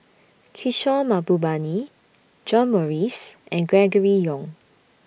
Kishore Mahbubani John Morrice and Gregory Yong